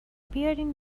بیارین